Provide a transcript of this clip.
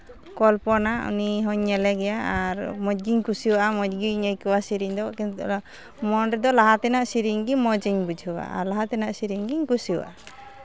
ᱠᱚᱞᱯᱚᱱᱟ ᱩᱱᱤ ᱦᱚᱸᱧ ᱧᱮᱞᱮ ᱜᱮᱭᱟ ᱟᱨ ᱢᱚᱡᱽ ᱜᱤᱧ ᱠᱩᱥᱤᱭᱟᱜᱼᱟ ᱟᱨ ᱢᱚᱡᱽ ᱜᱤᱧ ᱟᱹᱭᱠᱟᱹᱣᱟ ᱥᱮᱨᱮᱧ ᱫᱚ ᱠᱤᱱᱛᱩ ᱚᱱᱟ ᱢᱚᱱ ᱨᱮᱫᱚ ᱞᱟᱦᱟᱛᱮᱱᱟᱜ ᱥᱮᱨᱮᱧ ᱜᱮ ᱢᱚᱡᱽ ᱤᱧ ᱵᱩᱡᱷᱟᱹᱣᱟ ᱟᱨ ᱞᱟᱦᱟ ᱛᱮᱱᱟᱜ ᱥᱮᱨᱮᱧ ᱜᱤᱧ ᱠᱩᱥᱤᱭᱟᱜᱼᱟ